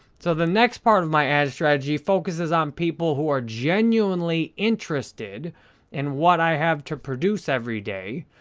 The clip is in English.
so, the next part of my ad strategy focuses on people who are genuinely interested in what i have to produce every day,